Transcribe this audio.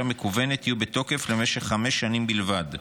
מקוונת יהיו בתוקף למשך חמש שנים בלבד.